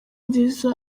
nziza